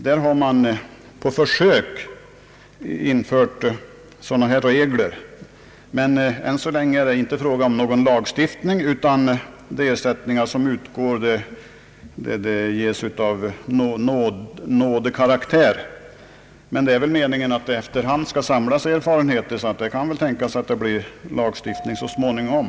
Där har man på försök infört liknande regler, men ännu så länge är det inte fråga om någon lagstiftning, utan de ersättningar som utgår är av nådekaraktär. Men det är väl meningen att de efter hand skall samla erfarenheter, och därför kan det tänkas att de så småningom får en lagstiftning i det här syftet.